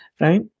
right